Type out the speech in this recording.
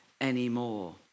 anymore